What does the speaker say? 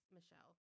Michelle